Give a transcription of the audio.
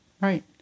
Right